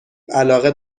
علاقه